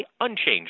unchanged